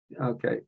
okay